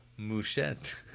Mouchette